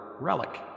Relic